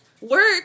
Work